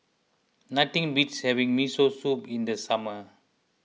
nothing beats having Miso Soup in the summer